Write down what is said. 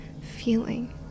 feeling